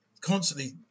constantly